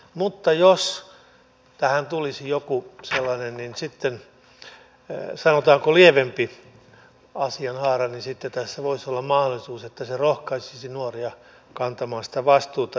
mutta jos tähän tulisi joku sellainen sanotaanko lievempi asianhaara niin sitten tässä voisi olla mahdollisuus että se rohkaisisi nuoria kantamaan sitä vastuuta